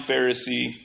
Pharisee